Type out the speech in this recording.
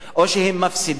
או שהם מפסידים,